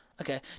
Okay